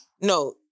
no